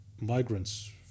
migrants